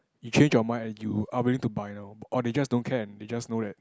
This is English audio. you changed your mind and you are willing to buy now or they just don't care and they just know that